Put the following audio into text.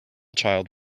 child